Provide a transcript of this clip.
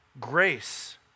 grace